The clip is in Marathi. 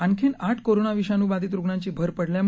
आणखी आठ कोरोना विषाणू बाधित रुग्णांची भर पडली आहे